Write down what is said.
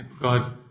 God